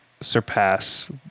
surpass